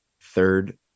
Third